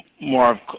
more